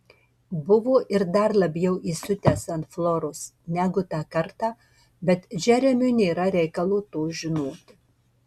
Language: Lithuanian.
buvo ir dar labiau įsiutęs ant floros negu tą kartą bet džeremiui nėra reikalo to žinoti